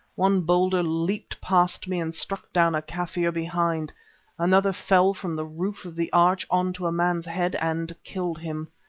one boulder leaped past me and struck down a kaffir behind another fell from the roof of the arch on to a man's head and killed him.